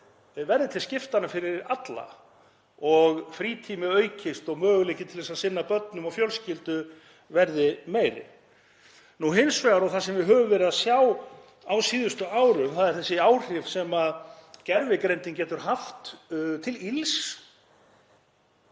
verði til skiptanna fyrir alla og frítími aukist og möguleiki til að sinna börnum og fjölskyldu verði meiri. Hins vegar er það sem við höfum verið að sjá á síðustu árum, þessi áhrif sem gervigreindin getur haft til ills